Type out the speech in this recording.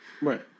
Right